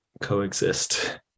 coexist